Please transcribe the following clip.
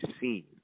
seen